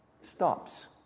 stops